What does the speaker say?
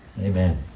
Amen